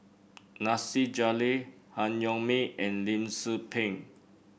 Nasir Jalil Han Yong May and Lim Tze Peng